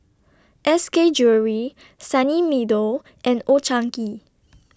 S K Jewellery Sunny Meadow and Old Chang Kee